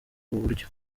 buryo